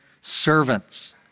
servants